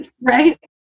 right